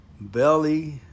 belly